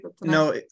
No